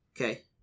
Okay